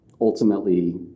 ultimately